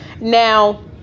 Now